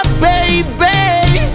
baby